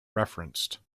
referenced